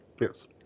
Yes